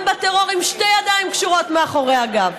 בטרור עם שתי ידיים קשורות מאחורי הגב.